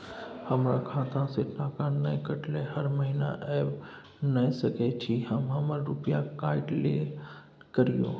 हमर खाता से टका नय कटलै हर महीना ऐब नय सकै छी हम हमर रुपिया काइट लेल करियौ?